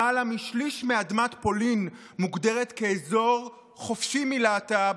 למעלה משליש מאדמת פולין מוגדר כאזור חופשי מלהט"ב,